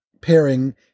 pairing